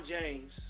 James